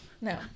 no